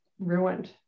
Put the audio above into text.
Ruined